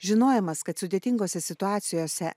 žinojimas kad sudėtingose situacijose